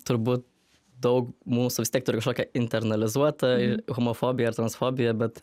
turbūt daug mūsų vis tiek turi kažkokią internalizuotą homofobiją ar transfobiją bet